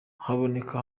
kaboneka